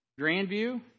Grandview